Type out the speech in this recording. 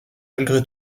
malgré